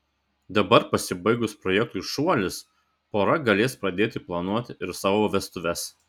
dabar pasibaigus projektui šuolis pora galės pradėti planuoti ir savo vestuves